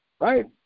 right